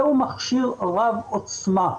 זה מכשיר רב עוצמה.